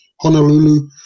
Honolulu